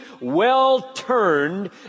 well-turned